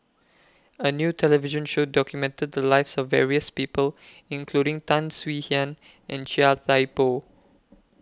A New television Show documented The Lives of various People including Tan Swie Hian and Chia Thye Poh